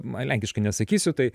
na lenkiškai nesakysiu tai